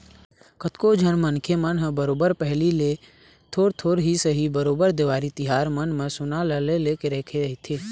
कतको झन मनखे मन ह बरोबर पहिली ले थोर थोर ही सही बरोबर देवारी तिहार मन म सोना ल ले लेके रखे रहिथे